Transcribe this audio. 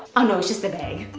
ah no, it's just the bag.